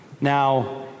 now